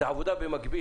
זו עבודה במקביל.